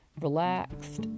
relaxed